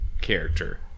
character